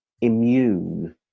immune